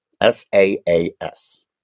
s-a-a-s